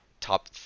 top